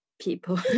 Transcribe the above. people